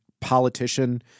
politician